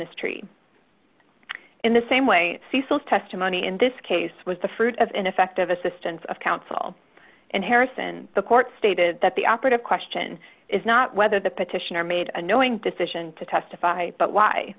tree in the same way cecil's testimony in this case was the fruit of ineffective assistance of counsel and harrison the court stated that the operative question is not whether the petitioner made a knowing decision to testify but why